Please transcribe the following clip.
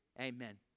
Amen